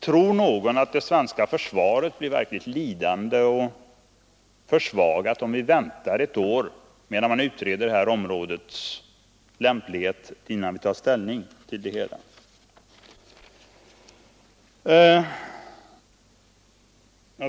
Tror någon att det svenska försvaret blir lidande och försvagat om vi väntar ett år medan vi utreder detta områdes lämplighet innan vi tar ställning till hela frågan.